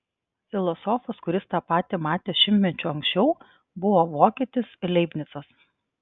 filosofas kuris tą patį matė šimtmečiu anksčiau buvo vokietis leibnicas